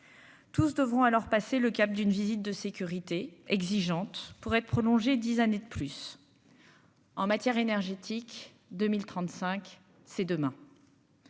Tous devront alors passer le cap d'une visite de sécurité exigeante pour être prolongé, 10 années de plus. En matière énergétique 2035 c'est demain.